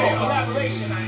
Collaboration